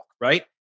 right